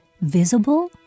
visible